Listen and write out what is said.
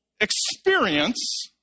Experience